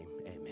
amen